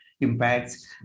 impacts